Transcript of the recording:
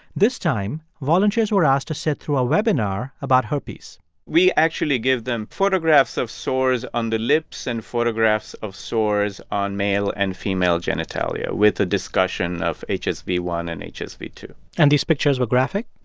this time, volunteers were asked to sit through a webinar about herpes we actually gave them photographs of sores on the lips and photographs of sores on male and female genitalia with a discussion of hsv one and hsv two point and these pictures were graphic?